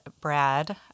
Brad